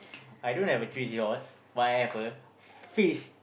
I don't have a three seahorse but I have a fish